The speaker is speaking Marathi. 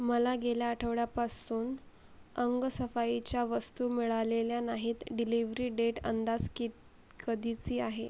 मला गेल्या आठवड्यापासून अंगसफाईच्या वस्तू मिळालेल्या नाहीत डिलिव्री डेट अंदास कित कधीची आहे